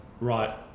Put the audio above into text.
right